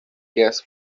gas